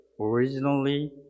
originally